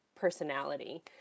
personality